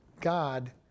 God